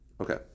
Okay